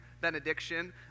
benediction